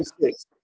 six